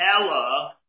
Ella